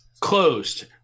closed